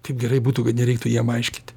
kaip gerai būtų kad nereiktų jiem aiškinti